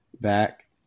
back